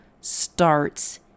starts